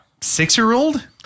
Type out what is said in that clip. six-year-old